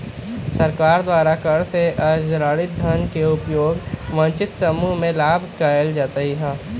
सरकार द्वारा कर से अरजित धन के उपयोग वंचित समूह के लाभ में कयल जाईत् हइ